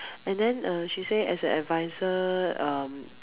and then uh she says as an advisor um